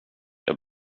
jag